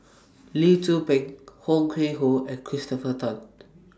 Lee Tzu Pheng Ho Yuen Hoe and Christopher Tan